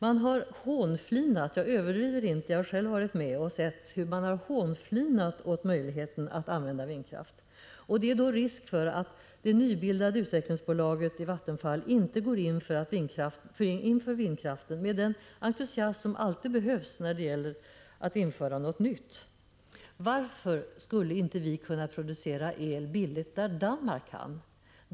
Man har hånflinat — jag överdriver inte; jag har själv sett det — åt möjligheten att använda vindkraft. Det är därför risk för att det nybildade utvecklingsbolaget i Vattenfall inte går in för vindkraften med den entusiasm som alltid behövs när det gäller att införa något nytt. Varför skulle inte vi kunna producera el billigt när Danmark kan?